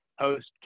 post